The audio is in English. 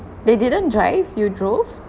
they didn't drive you drove